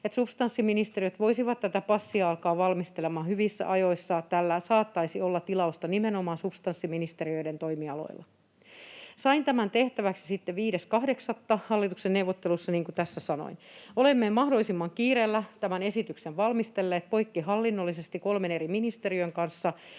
että substanssiministeriöt voisivat tätä passia alkaa valmistelemaan hyvissä ajoin, sillä tällä saattaisi olla tilausta nimenomaan substanssiministeriöiden toimialoilla. Sain tämän tehtäväksi sitten 5.8. hallituksen neuvotteluissa, niin kuin tässä sanoin. Olemme mahdollisimman kiireellä tämän esityksen valmistelleet poikkihallinnollisesti kolmen eri ministeriön kanssa,